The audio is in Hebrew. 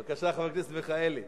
בבקשה, חבר הכנסת מיכאלי.